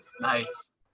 Nice